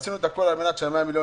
עשינו את הכול על מנת שאותם 100 מיליון